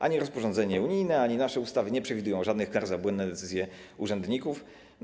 Ani rozporządzenie unijne, ani nasze ustawy nie przewidują żadnych kar za błędne decyzje urzędników.